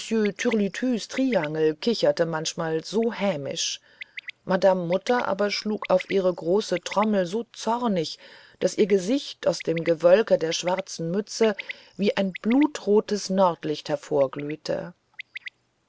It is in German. triangel kicherte manchmal so hämisch madame mutter aber schlug auf ihre große trommel so zornig daß ihr gesicht aus dem gewölke der schwarzen mütze wie ein blutrotes nordlicht